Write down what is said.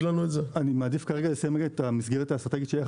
אני מעדיף כרגע לסיים את המסגרת האסטרטגית של איך